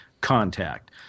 contact